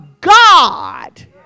God